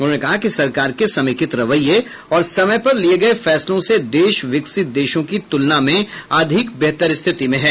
उन्होंने कहा कि सरकार के समेकित रवैये और समय पर लिये गये फैसलों से देश विकसित देशों की तुलना में अधिक बेहतर स्थिति में है